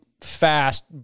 fast